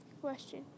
question